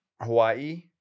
Hawaii